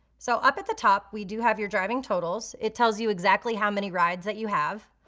so up at the top we do have your driving totals. it tells you exactly how many rides that you have